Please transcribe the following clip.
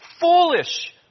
foolish